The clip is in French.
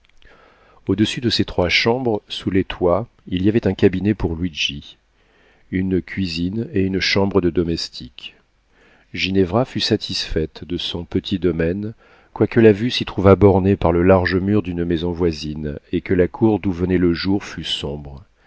au-dessus de ces trois chambres sous les toits il y avait un cabinet pour luigi une cuisine et une chambre de domestique ginevra fut satisfaite de son petit domaine quoique la vue s'y trouvât bornée par le large mur d'une maison voisine et que la cour d'où venait le jour fût sombre